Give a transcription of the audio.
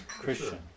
Christian